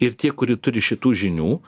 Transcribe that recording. ir tie kurie turi šitų žinių